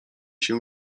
się